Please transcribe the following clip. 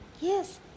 Yes